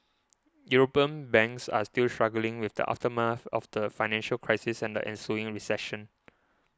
European banks are still struggling with the aftermath of the financial crisis and the ensuing recession